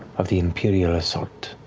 of the imperial assault.